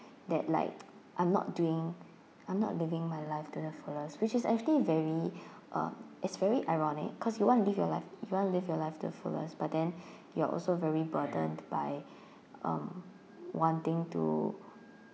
that like I'm not doing I'm not living my life to the fullest which is actually very uh is very ironic cause you want live your life you want live your life to fullest but then you're also very burdened by um wanting to